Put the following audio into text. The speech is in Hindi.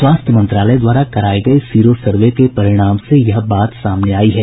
स्वास्थ्य मंत्रालय द्वारा कराये गये सीरो सर्वे के परिणाम से यह बात सामने आयी है